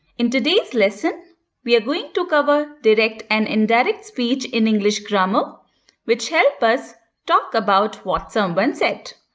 in today's lesson we are going to cover direct and indirect speech in english grammar which help us talk about what someone said.